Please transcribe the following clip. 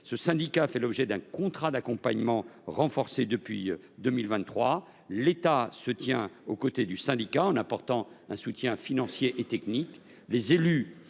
Ce syndicat mixte fait l’objet d’un contrat d’accompagnement renforcé depuis 2023. L’État se tient à ses côtés en apportant un soutien financier et technique.